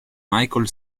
michael